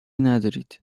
ندارید